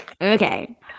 Okay